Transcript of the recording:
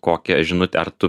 kokią žinutę ar tu